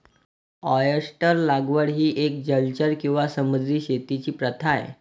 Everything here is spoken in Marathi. ऑयस्टर लागवड ही एक जलचर किंवा समुद्री शेतीची प्रथा आहे